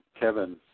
Kevin